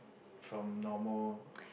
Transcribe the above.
from normal